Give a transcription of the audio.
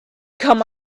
come